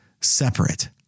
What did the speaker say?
separate